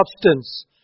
substance